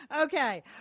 Okay